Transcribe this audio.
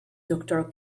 doctor